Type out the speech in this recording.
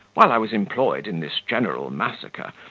while i was employed in this general massacre,